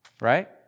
right